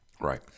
right